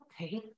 okay